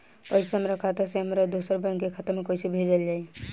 पैसा हमरा खाता से हमारे दोसर बैंक के खाता मे कैसे भेजल जायी?